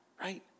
right